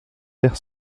terre